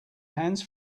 hands